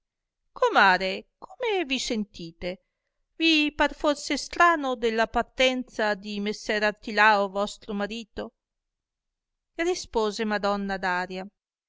comare come vi sentete vi par forse strano della partenza di messer artilao vostro marito rispose madonna